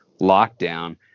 lockdown